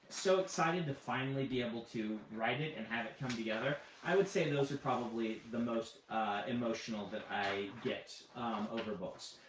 so excited to finally be able to write it and have it come together, i would say those are probably the most emotional that i get over books.